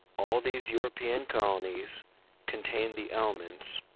all these european colonies contained the elements,